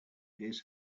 his